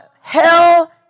hell